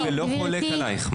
אני לא חולק עלייך.